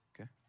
Okay